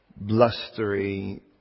Blustery